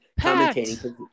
commentating